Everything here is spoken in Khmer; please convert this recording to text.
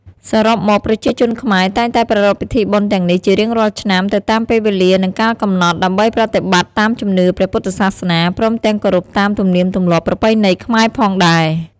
សរុបមក ប្រជាជនខ្មែរតែងតែប្រារព្ធពិធីបុណ្យទាំងនេះជារៀងរាល់ឆ្នាំទៅតាមពេលវេលានិងកាលកំណត់ ដើម្បីប្រតិបត្តិតាមជំនឿព្រះពុទ្ធសាសនា ព្រមទាំងគោរពតាមទំនៀមទម្លាប់ប្រពៃណីខ្មែរផងដែរ។